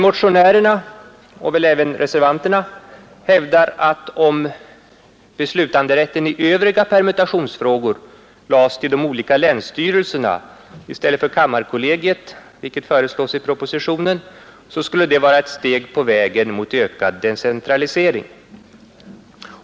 Motionärerna — och väl även reservanterna — hävdar att om beslutanderätten i övriga permutationsfrågor lades till de olika länsstyrelserna i stället för till kammarkollegiet, vilket föreslås i propositionen, skulle det vara ett steg på vägen mot ökad decentralisering.